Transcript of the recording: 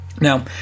Now